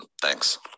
thanks